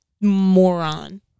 moron